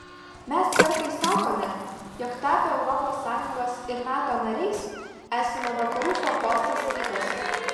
mes kartais sakome jog tapę europos sąjungos ir nato narais esame vakarų forpostas rytuose